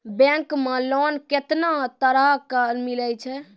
Bank मे loan कैतना तरह के मिलै छै?